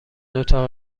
اتاق